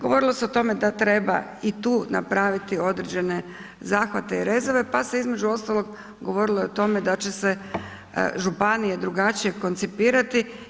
Govorilo se da treba i tu napraviti određene zahvate i rezove, pa se između ostalog govorilo i o tome da će se županije drugačije koncipirati.